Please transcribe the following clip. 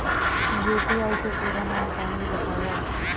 UPI के पूरा नाम का हे बतावव?